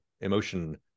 emotion